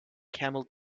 camel